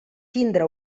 tindre